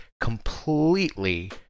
completely